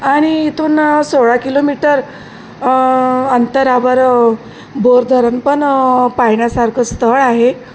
आणि इथून सोळा किलोमीटर अंतराबर बोरधरण पण पाहण्यासारखं स्थळ आहे